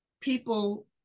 people